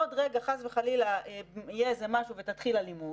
עוד רגע, חס וחלילה, יהיה משהו ותתחיל אלימות,